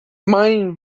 mining